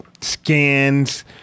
scans